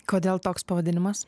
kodėl toks pavadinimas